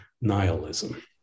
nihilism